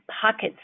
pockets